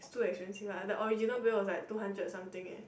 it's too expensive ah the original bill was like two hundred something leh